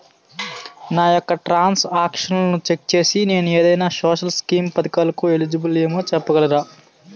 నా యెక్క ట్రాన్స్ ఆక్షన్లను చెక్ చేసి నేను ఏదైనా సోషల్ స్కీం పథకాలు కు ఎలిజిబుల్ ఏమో చెప్పగలరా?